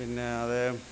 പിന്നെ അതേ